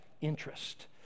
interest